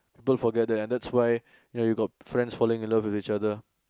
don't forget that and that's why ya you got friends falling in love with each other